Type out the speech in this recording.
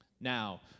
Now